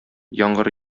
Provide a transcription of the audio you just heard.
яңгыр